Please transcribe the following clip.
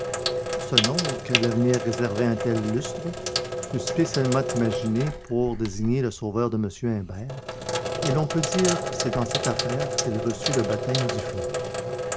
ce nom auquel l'avenir réservait un tel lustre fut spécialement imaginé pour désigner le sauveur de m imbert et l'on peut dire que c'est dans cette affaire qu'il reçut le baptême du feu